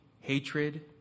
hatred